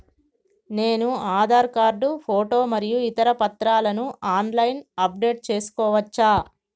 నేను Aadhaar card photo మరియు ఇతర పత్రాలను ఆన్ లైన్ అప్ డెట్ చేసుకోవచ్చా?